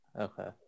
Okay